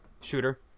shooter